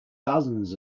dozens